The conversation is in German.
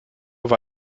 war